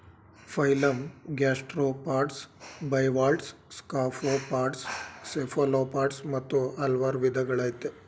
phylum gastropods bivalves scaphopods cephalopods ಮತ್ತು ಹಲ್ವಾರ್ ವಿದಗಳಯ್ತೆ